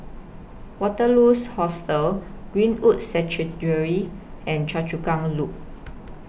Waterloos Hostel Greenwood Sanctuary and Choa Chu Kang Loop